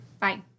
bye